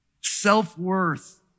self-worth